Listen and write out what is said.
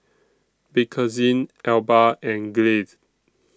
Bakerzin Alba and Glade